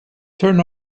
turn